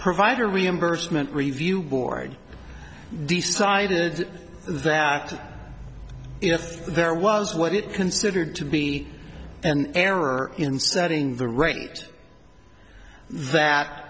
provider reimbursement review board decided that if there was what it considered to be an error in setting the rate that